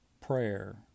Prayer